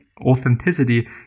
authenticity